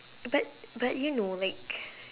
but but you know like